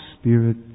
Spirit